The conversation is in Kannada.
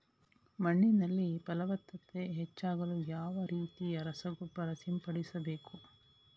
ಮಣ್ಣಿನಲ್ಲಿ ಫಲವತ್ತತೆ ಹೆಚ್ಚಾಗಲು ಯಾವ ರೀತಿಯ ರಸಗೊಬ್ಬರ ಸಿಂಪಡಿಸಬೇಕು?